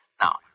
Now